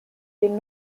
den